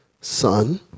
son